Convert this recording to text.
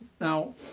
Now